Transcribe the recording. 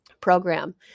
program